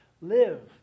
live